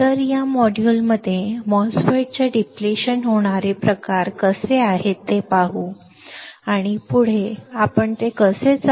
तर या मॉड्यूलमध्ये MOSFET चे डिप्लेशन होणारे प्रकार कसे आहेत ते पाहू आणि पुढे आपण ते कसे चालवू शकतो आणि डिप्लेशन प्रकार MOSFET चे बांधकाम काय आहे